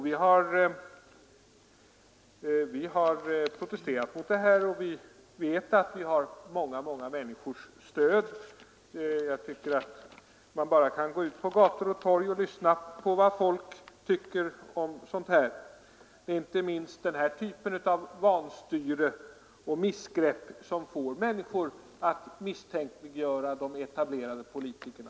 Vi moderater har protesterat mot detta, och vi vet att vi har många människors stöd. Man kan bara gå ut på gator och torg och lyssna på vad folk tycker om sådant. Det är inte minst denna typ av vanstyre och missgrepp som får människor att misstänkliggöra de etablerade politikerna.